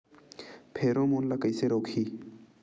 Pheromone ला कइसे रोकही?